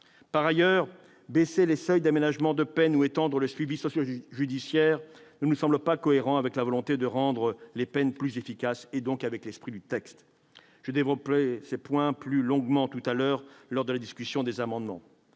Par ailleurs, baisser les seuils d'aménagement de peine ou étendre le suivi socio-judiciaire ne nous semble pas cohérent avec la volonté de rendre les peines plus efficaces et donc avec l'esprit du texte. Je développerai ces points plus longuement lors de l'examen des amendements,